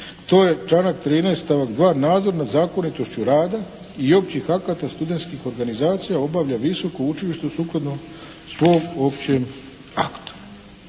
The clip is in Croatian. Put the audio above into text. to je članak 13. stavak 2. nadzor nad zakonitošću rada i općih akata studentskih organizacija obavlja visoko učilište sukladno svom općem aktu.